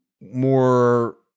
more